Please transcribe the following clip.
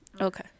Okay